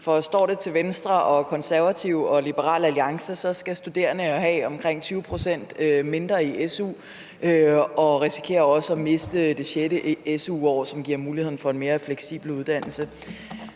for står det til Venstre, Konservative og Liberal Alliance, skal studerende jo have omkring 20 pct. mindre i SU, og de risikerer også at miste det sjette SU-år, som giver mulighed for en mere fleksibel uddannelse.